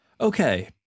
Okay